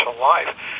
life